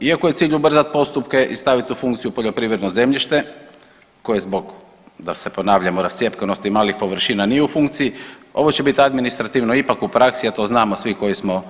Iako je cilj ubrzati postupke i staviti u funkciju poljoprivredno zemljište koje zbog da se ponavljamo rascjepkanosti malih površina nije u funkciji ovo će biti administrativno ipak u praksi, a to znamo svi koji smo